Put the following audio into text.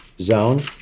zone